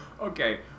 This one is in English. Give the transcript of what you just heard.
Okay